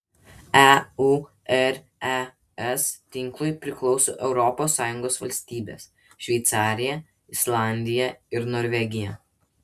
eures tinklui priklauso europos sąjungos valstybės šveicarija islandija ir norvegija